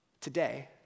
Today